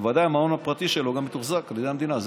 בוודאי שהמעון הפרטי שלו גם מתוחזק על ידי המדינה.